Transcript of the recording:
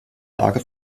lage